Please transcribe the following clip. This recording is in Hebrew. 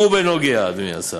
אדוני השר,